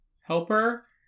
helper